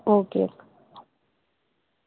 okay